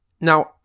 Now